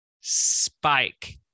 spike